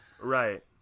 right